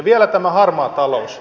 vielä tämä harmaa talous